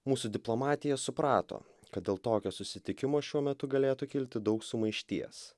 mūsų diplomatija suprato kad dėl tokio susitikimo šiuo metu galėtų kilti daug sumaišties